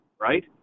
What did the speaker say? right